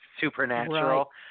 supernatural